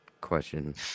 question